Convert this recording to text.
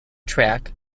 track